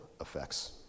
effects